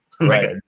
Right